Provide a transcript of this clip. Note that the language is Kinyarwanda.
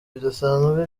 bidasanzwe